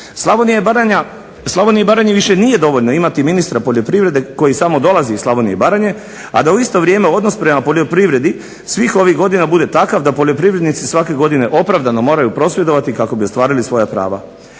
Slavoniji i Baranji više nije dovoljno imati ministra poljoprivrede koji samo dolazi iz Slavonije i Baranje, a da u isto vrijeme odnos prema poljoprivredi svih ovih godina bude takav da poljoprivrednici svake godine opravdano moraju prosvjedovati kako bi ostvarili svoja prava.